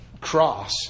cross